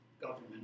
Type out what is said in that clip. government